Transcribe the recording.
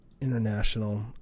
International